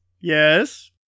Yes